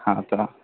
हा तर